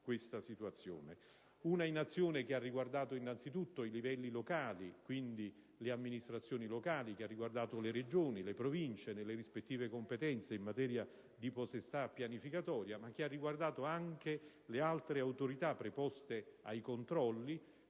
una inazione che ha riguardato innanzitutto i livelli locali, e quindi le amministrazioni locali, le Regioni e le Province nelle rispettive competenze in materia di potestà pianificatoria. Ha riguardato però anche le altre autorità preposte ai controlli,